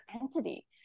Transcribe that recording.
entity